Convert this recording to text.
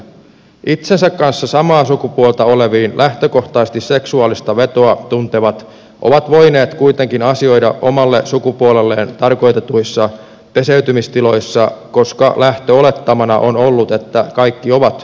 itsensä kanssa samaa sukupuolta oleviin lähtökohtaisesti seksuaalista vetoa tuntevat ovat voineet kuitenkin asioida omalle sukupuolelleen tarkoitetuissa peseytymistiloissa koska lähtöolettamana on ollut että kaikki ovat kuitenkin heteroja